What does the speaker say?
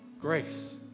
Grace